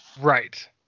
right